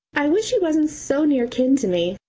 i wish he wasn't so near kin to me!